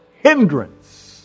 hindrance